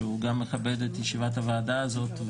שהוא גם מכבד את ישיבת הוועדה הזאת,